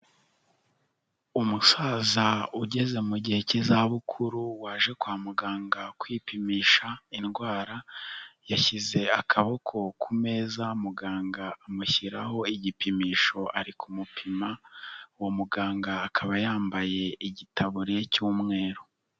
Umusaza ugeze mu gihe cy'izabukuru waje kwa muganga kwipimisha indwara yashyize akaboko ku meza muganga amushyiraho igipimisho ari kumupima, uwo muganga akaba yambaye igitaburiya cy'umweru.